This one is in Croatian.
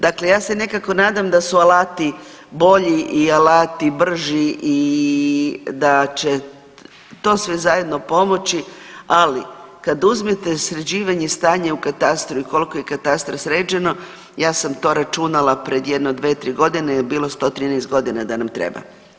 Dakle ja se nekako nadam da su alati bolji i alati brži i da će to sve zajedno pomoći, ali, kad uzmete sređivanje stanja u katastru i koliko je katastar sređeno, ja sam to računala pred jedno 2, 3 godine je bilo 113 godina da nam treba.